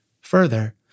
Further